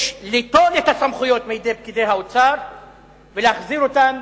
יש ליטול את הסמכויות מידי פקידי האוצר ולהחזיר אותן